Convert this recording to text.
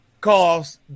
Cause